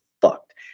fucked